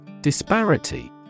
Disparity